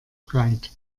breit